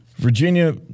Virginia